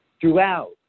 throughout